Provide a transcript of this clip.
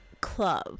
club